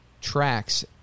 tracks –